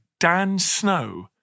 DANSNOW